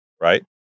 right